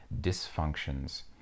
dysfunctions